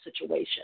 situation